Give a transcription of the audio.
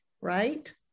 right